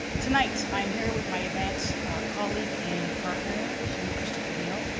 tonight i'm here with my event colleague and partner, shane christopher neal,